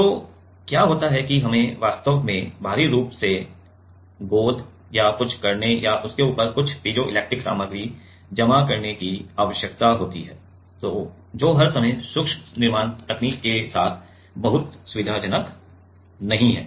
तो क्या होता है कि हमें वास्तव में बाहरी रूप से गोंद या कुछ करने या उसके ऊपर कुछ पीजोइलेक्ट्रिक सामग्री जमा करने की आवश्यकता होती है जो हर समय सूक्ष्म निर्माण तकनीक के साथ बहुत सुविधाजनक नहीं है